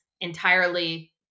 entirely